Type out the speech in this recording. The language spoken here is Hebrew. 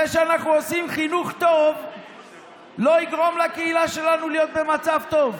זה שאנחנו עושים חינוך טוב לא יגרום לקהילה שלנו להיות במצב טוב,